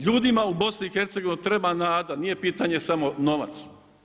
Ljudima u BiH-u treba nada, nije pitanje samo novac.